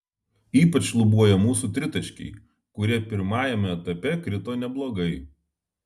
ypač šlubuoja mūsų tritaškiai kurie pirmajame etape krito neblogai